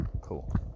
Cool